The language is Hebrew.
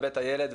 בבית הילד,